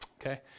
Okay